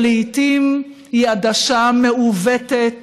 שלעיתים היא עדשה המעוותת